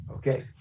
Okay